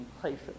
places